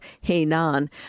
Hainan